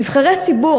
נבחרי ציבור,